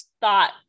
thought